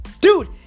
Dude